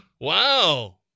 wow